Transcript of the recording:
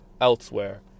elsewhere